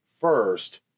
first